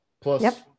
plus